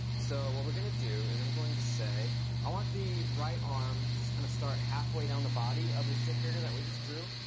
so what we're going to do is i'm going to say i want the right arm to just kind of start halfway down the body of the stick figure that we just drew.